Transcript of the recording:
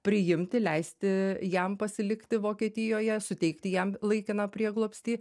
priimti leisti jam pasilikti vokietijoje suteikti jam laikiną prieglobstį